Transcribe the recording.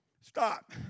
Stop